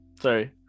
Sorry